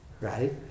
Right